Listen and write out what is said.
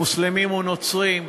מוסלמים ונוצרים,